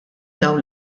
dawn